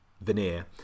veneer